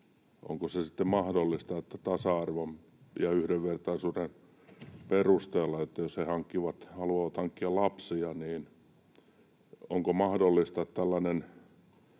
onko se sitten mahdollista tasa-arvon ja yhdenvertaisuuden perusteella, että jos he haluavat hankkia lapsia, tällainen